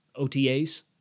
OTAs